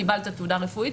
קיבלת תעודה רפואית.